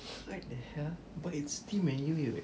what the hell but it's still manual